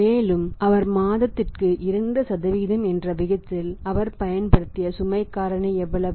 மேலும் அவர் மாதத்திற்கு 2 என்ற விகிதத்தில் அவர் பயன்படுத்திய சுமைக் காரணி எவ்வளவு